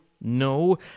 No